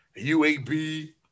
UAB